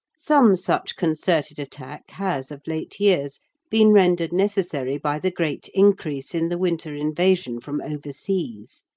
some such concerted attack has of late years been rendered necessary by the great increase in the winter invasion from overseas.